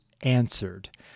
answered